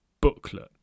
booklet